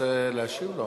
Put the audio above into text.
כרמל, אתה רוצה להשיב לו?